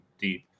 deep